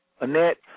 Annette